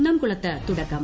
കുന്നംകുളത്ത് തുടക്കം